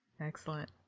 excellent